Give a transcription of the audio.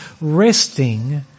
resting